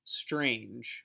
strange